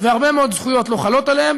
הרבה מאוד זכויות לא חלות עליהם,